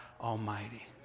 Almighty